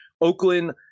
Oakland –